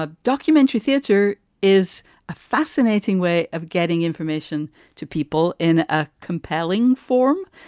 ah documentary theater is a fascinating way of getting information to people in a compelling form.